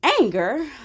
anger